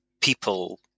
people